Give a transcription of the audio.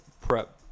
prep